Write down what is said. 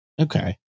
okay